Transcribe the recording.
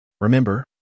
Remember